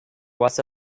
was